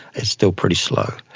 it's still pretty slow.